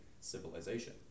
civilization